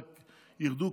רק ירדו,